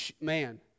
man